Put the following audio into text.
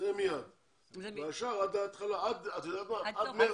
יועלו עד סוף